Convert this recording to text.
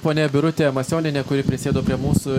ponia birutė masionienė kuri prisėdo prie mūsų